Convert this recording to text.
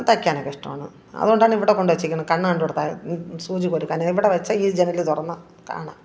തയ്ക്കാനൊക്കെ ഇഷ്ടമാണ് അതുകൊണ്ടാണ് ഇവിടെ കൊണ്ടുവച്ചേക്കുന്നെ കണ്ണ് കണ്ടുകൂടാ സൂചി കൊരുക്കാൻ ഇവിടെ വച്ചാല് ഈ ജനല് തുറന്നാല് കാണാം